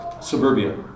suburbia